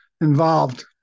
involved